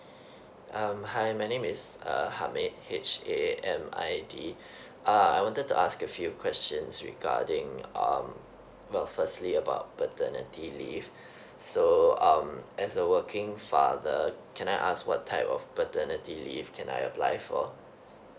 um hi my name is err hamid h a m i d uh I wanted to ask a few questions regarding um well firstly about paternity leave so um as a working father can I ask what type of paternity leave can I apply for